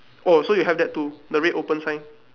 oh so you have that too the red open sign